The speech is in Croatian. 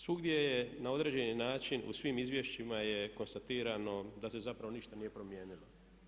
Svugdje je, na određeni način u svim izvješćima je konstatiramo da se zapravo ništa nije promijenilo.